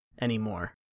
anymore